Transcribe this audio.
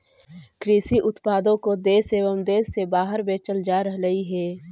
कृषि उत्पादों को देश एवं देश से बाहर बेचल जा रहलइ हे